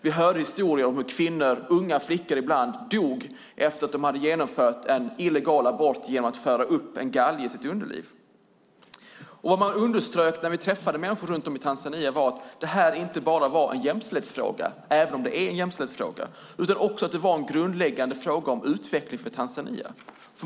Vi hörde historier om hur kvinnor och unga flickor dog efter att ha genomfört en illegal abort genom att föra upp en galge i sitt underliv. Det man underströk när vi träffade människor runt om i Tanzania var att detta inte bara var en jämställdhetsfråga utan också en grundläggande fråga om utveckling för Tanzania.